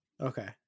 Okay